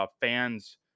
fans